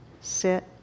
sit